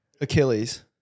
Achilles